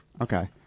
Okay